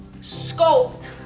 Sculpt